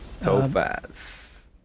Topaz